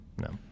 no